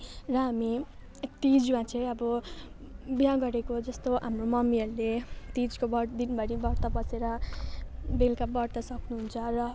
र हामी तिजमा चाहिँ अब बिहा गरेको जस्तो हाम्रो मम्मीहरूले तिजको व्रत दिनभरि व्रत बसेर बेलुका व्रत सक्नुहुन्छ र